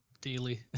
daily